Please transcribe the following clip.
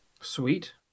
Sweet